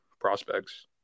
prospects